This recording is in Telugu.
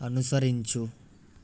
అనుసరించు